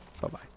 Bye-bye